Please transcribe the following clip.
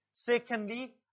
Secondly